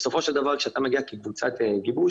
בסופו של דבר כשאתה מגיע כקבוצת גיבוש,